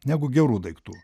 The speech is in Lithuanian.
negu gerų daiktų